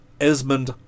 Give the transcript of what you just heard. esmond